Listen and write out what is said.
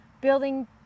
building